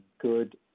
good